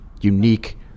unique